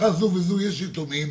משפחה זו וזו יש יתומים,